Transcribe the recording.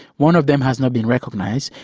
one of them has not been recognised,